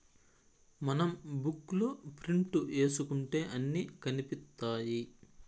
మనం బుక్ లో ప్రింట్ ఏసుకుంటే అన్ని కనిపిత్తాయి